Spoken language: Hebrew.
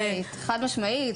חד משמעית.